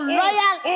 loyal